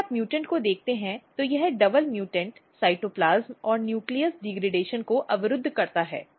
यदि आप म्युटेंट को देखते हैं तो यह डबल म्युटेंट साइटोप्लाज्म और न्यूक्लियस डिग्रेडेशन को अवरुद्ध करता है